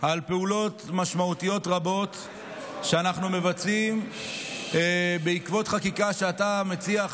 על פעולות משמעותיות רבות שאנחנו מבצעים בעקבות חקיקה שאתה מציע,